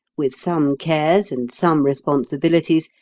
with some cares, and some responsibilities,